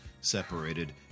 separated